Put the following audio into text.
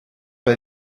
bei